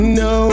no